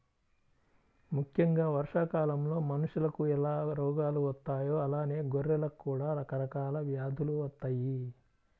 ముక్కెంగా వర్షాకాలంలో మనుషులకు ఎలా రోగాలు వత్తాయో అలానే గొర్రెలకు కూడా రకరకాల వ్యాధులు వత్తయ్యి